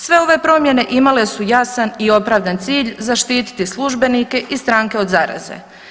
Sve ove promjene imale su jasan i opravdan cilj, zaštititi službenike i stranke od zaraze.